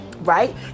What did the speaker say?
right